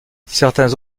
certains